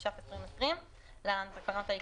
בשבט תשפ"א.